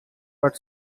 but